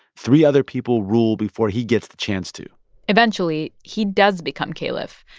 three other people rule before he gets the chance to eventually, he does become caliph.